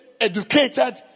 educated